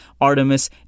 Artemis